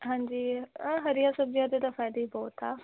ਹਾਂਜੀ ਆਹ ਹਰੀਆਂ ਸਬਜ਼ੀਆਂ ਦੇ ਤਾਂ ਫਾਇਦੇ ਹੀ ਬਹੁਤ ਆ